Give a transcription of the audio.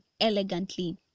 elegantly